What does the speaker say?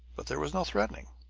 but there was no threatening.